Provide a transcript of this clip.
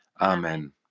Amen